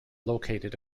located